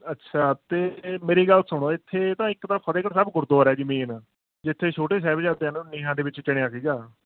ਅੱਛਾ ਅਤੇ ਮੇਰੀ ਗੱਲ ਸੁਣੋ ਇੱਥੇ ਇਹ ਤਾਂ ਇੱਕ ਤਾਂ ਫਤਿਹਗੜ੍ਹ ਸਾਹਿਬ ਗੁਰਦੁਆਰਾ ਜੀ ਮੇਨ ਜਿੱਥੇ ਛੋਟੇ ਸਾਹਿਬਜ਼ਾਦਿਆਂ ਨੂੰ ਨੀਹਾਂ ਦੇ ਵਿੱਚ ਚਿਣਿਆ ਸੀਗਾ